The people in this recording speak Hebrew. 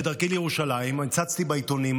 בדרכי לירושלים הצצתי בעיתונים,